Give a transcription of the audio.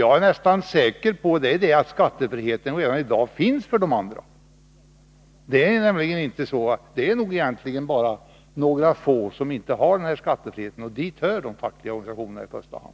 Jag är nästan säker på att skattefriheten i dag redan finns för andra stipendier. Det är bara några få som inte har denna skattefrihet och dit hör de fackliga organisationerna i första hand.